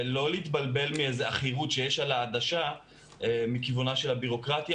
ולא להתבלבל מאיזה עכירות שיש על העדשה מכיוונה של הבירוקרטיה,